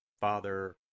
Father